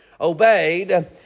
obeyed